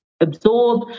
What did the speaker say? absorb